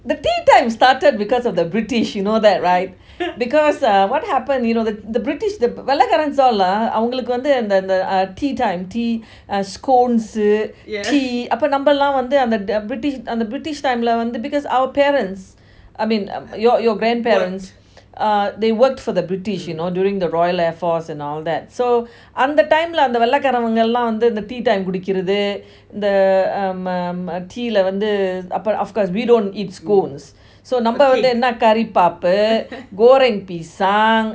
the tea time started because of the british you know that right because what happened the british the~ வெல்ல காரன்ஸ் அவங்களுக்கு வந்து:vella kaarans avangaluku vanthu tea time tea uh scones tea நம்மள வந்து அந்த:nammalam vanthu antha the britis~ uh the british time வந்து:vanthu because our parents I mean your your grandparents uh they worked for the british you know during the royal airforce and all that so அந்த:antha time lah அந்த வெல்ல காரன்லாம் வந்து:antha vella kaaranlam vanthu the tea time குடிக்கிறது:kudikirathu the um uh tea வந்து:vanthu we don't eat scones so நம்ம வந்து என்ன:namma vanthu enna curry puff goreng pisang